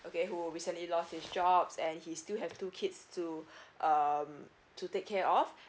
okay who recently lost his jobs and he still have two kids to um to take care of